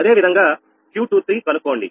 అదేవిధంగా Q23 కనుక్కోండి